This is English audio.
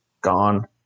Gone